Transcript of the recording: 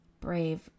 Brave